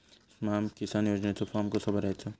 स्माम किसान योजनेचो फॉर्म कसो भरायचो?